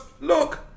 look